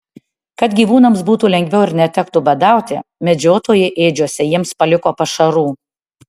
kad gyvūnams būtų lengviau ir netektų badauti medžiotojai ėdžiose jiems paliko pašarų